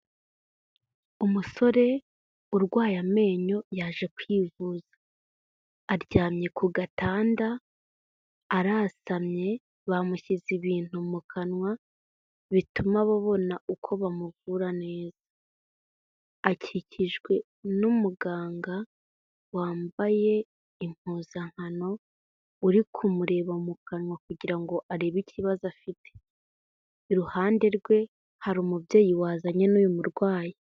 Umusore urwaye amenyo, yaje kwivuza. Aryamye ku gatanda arasamye, bamushyize ibintu mu kanwa, bituma babona uko bamuvura neza. Akikijwe n'umuganga wambaye impuzankano, uri kumureba mu kanwa kugira ngo arebe ikibazo afite. Iruhande rwe, hari umubyeyi wazanye n'uyu murwayi.